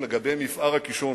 לגבי מפער הקישון.